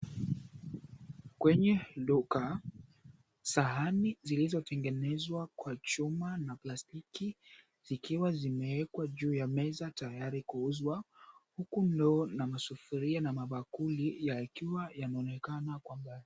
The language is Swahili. Kwenye duka, sahani zilizotengenezwa kwa chuma na plastiki zikiwa zimeekwa juu ya meza tayari kuuzwa huku ndoo, na masufuria na mabakuli yakiwa yanaonekana kwa mbali.